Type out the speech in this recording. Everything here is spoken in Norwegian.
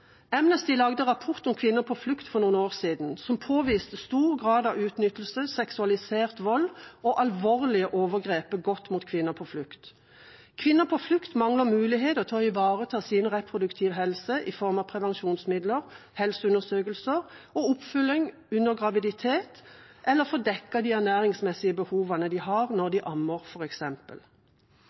Amnesty lagde en rapport om kvinner på flukt for noen år siden, som påviste stor grad av utnyttelse, seksualisert vold og alvorlige overgrep begått mot kvinner på flukt. Kvinner på flukt mangler muligheter til å ivareta sin reproduktive helse i form av prevensjonsmidler, helseundersøkelser og oppfølging under graviditet, eller få dekket sine ernæringsmessige behovene de har når de ammer,